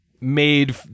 made